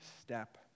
step